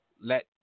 let